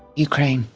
ukraine.